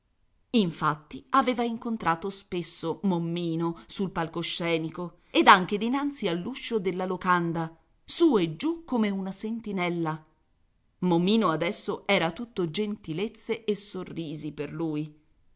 infatti aveva incontrato spesso mommino sul palcoscenico ed anche dinanzi all'uscio della locanda su e giù come una sentinella mommino adesso era tutto gentilezze e sorrisi per lui